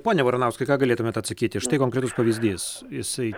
pone varanauskai ką galėtumėt atsakyti štai konkretus pavyzdys jisai